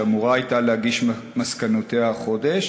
והיא אמורה הייתה להגיש מסקנותיה החודש.